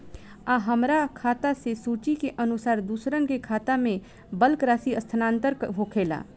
आ हमरा खाता से सूची के अनुसार दूसरन के खाता में बल्क राशि स्थानान्तर होखेला?